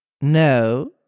No